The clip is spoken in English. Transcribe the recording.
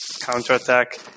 counter-attack